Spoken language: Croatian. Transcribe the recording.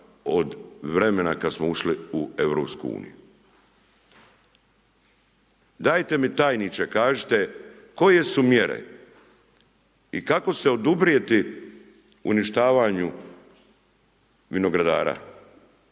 od vremena kad smo ušli u EU. Dajte mi tajniče kažite koje su mjere i kako se oduprijeti uništavanju vinogradara